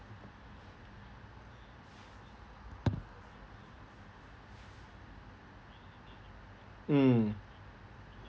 mm